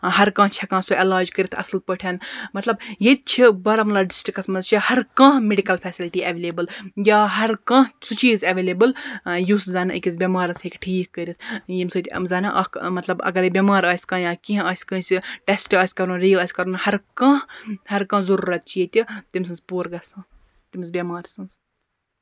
ہَر کانٛہہ چھُ ہیٚکان سُہ علاج کٔرِتھ اَصٕل پٲٹھۍ مطلب ییٚتہِ چھِ بارامولا ڈِسٹرکَس منٛز چھِ ہَر کانٛہہ میڈِکَل فیسَلٹی ایٚویلیبٔل یا ہَر کانٛہہ سُہ چیٖز ایٚویلیبٔل یُس زَن أکِس بیٚمارَس ہیٚکہِ ٹھیٖک کٔرِتھ ییٚمہِ سۭتۍ یِم زَن اکھ مطلب اَگرے بیٚمار آسہِ کانٛہہ یا کیٚنٛہہ آسہِ کٲنٛسہِ ٹیٚسٹہٕ آسہِ کَرُن ریٖل آسہِ کَرُن ہَر کانٛہہ ہَر کانٛہہ ضروٗرت چھِ ییٚتہِ تٔمۍ سٕنٛز پوٗرٕ گژھان تٔمِس بیٚمار سٕنٛز